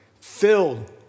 filled